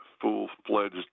full-fledged